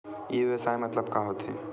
ई व्यवसाय मतलब का होथे?